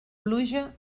pluja